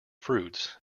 fruits